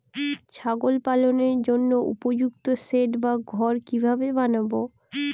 ছাগল পালনের জন্য উপযুক্ত সেড বা ঘর কিভাবে বানাবো?